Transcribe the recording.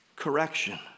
correction